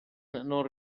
non